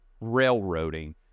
railroading